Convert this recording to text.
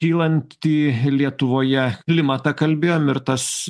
kylant tį lietuvoje klimatą kalbėjom ir tas